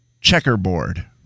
checkerboard